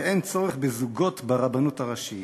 ואין צורך בזוגות ברבנות הראשית.